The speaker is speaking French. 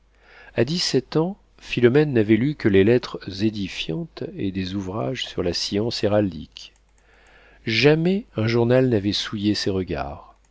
a dix-sept ans philomène n'avait lu que les lettres édifiantes et des ouvrages sur la science héraldique jamais un journal n'avait souillé ses regards